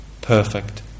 perfect